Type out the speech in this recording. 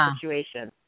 situation